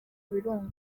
birunga